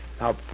Now